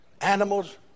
animals